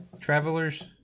travelers